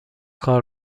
کار